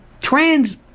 trans